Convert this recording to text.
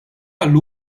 għall